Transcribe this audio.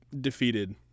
defeated